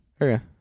Okay